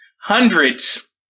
hundreds